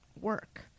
work